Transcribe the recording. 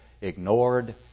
ignored